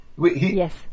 Yes